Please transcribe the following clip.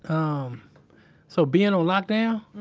um so being on lockdown,